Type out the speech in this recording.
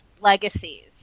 Legacies